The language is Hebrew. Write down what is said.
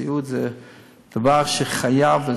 סיעוד זה דבר שחייבים,